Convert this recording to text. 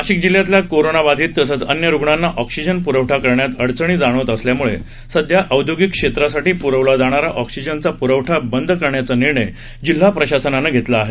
नाशिक शहरातल्या कोरोना बाधित तसंच अन्य रुग्णांना ऑक्सिजन प्रवठा करण्यात अडचणी जाणवत असल्यामुळे सध्या औदयोगिक क्षेत्रासाठी प्रवला जाणारा ऑक्सिजनचा प्रवठा बंद करण्याचा निर्णय जिल्हा प्रशासनानं घेतला आहे